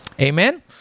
Amen